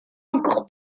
encore